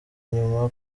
inyuma